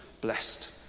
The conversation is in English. blessed